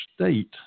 state